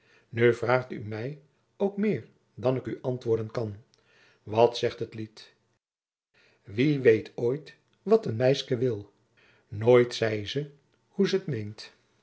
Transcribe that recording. nu vraôgt oe mij ook meer dan ik oe antwoorden kan wat zegt het lied wie weet ooit wat een meiske wil nooit zeit ze hoe ze t mient